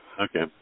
Okay